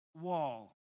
wall